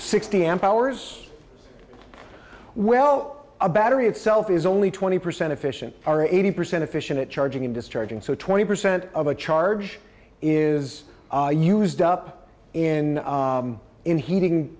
sixty amp hours well a battery itself is only twenty percent efficient are eighty percent efficient at charging discharging so twenty percent of a charge is used up in in heating